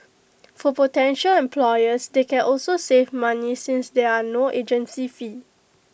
for potential employers they can also save money since there are no agency fees